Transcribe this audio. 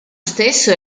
stesso